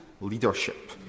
leadership